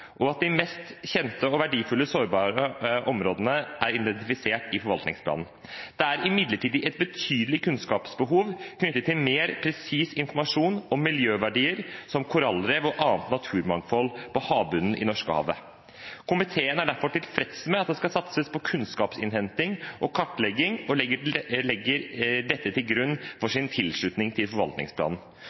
og at de mest kjente verdifulle og sårbare områdene er identifisert i forvaltningsplanen. Det er imidlertid et betydelig kunnskapsbehov knyttet til mer presis informasjon om miljøverdier som korallrev og annet naturmangfold på havbunnen i Norskehavet. Komiteen er derfor tilfreds med at det skal satses på kunnskapsinnhenting og kartlegging og legger dette til grunn for sin tilslutning til forvaltningsplanen.